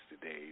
today